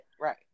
Right